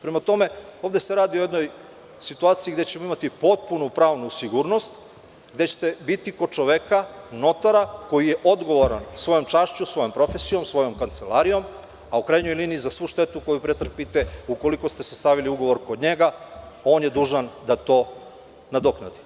Prema tome, ovde se radi o jednoj situaciji gde ćemo imati potpunu pravnu sigurnost, gde ćete biti kod čoveka, notara koji je odgovoran svojom čašću, svojom profesijom, svojom kancelarijom, a u krajnjoj liniji za svu štetu koju pretrpite ukoliko ste sastavili ugovor kod njega, on je dužan da to nadoknadi.